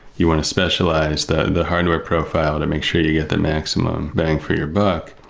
you want to specialize the the hardware profile to make sure you get the maximum bang for your buck.